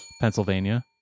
Pennsylvania